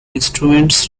instruments